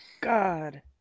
god